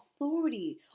authority